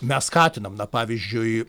mes skatinam na pavyzdžiui